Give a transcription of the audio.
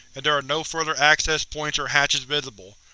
and there are no further access points or hatches visible.